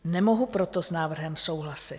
Nemohu proto s návrhem souhlasit.